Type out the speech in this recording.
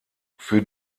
für